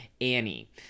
Annie